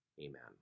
Amen